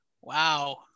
Wow